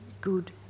good